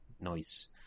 noise